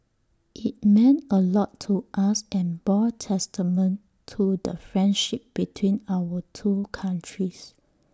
IT meant A lot to us and bore testament to the friendship between our two countries